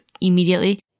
immediately